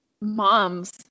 moms